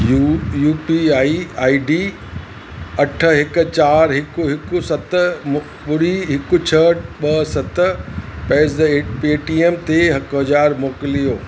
U U P I I D अठ हिकु चार हिकु हिकु सत मु ॿुड़ी हिकु छह ॿ सत पैज द एट पेटीएम ते हिकु हज़ारु मोकिलियो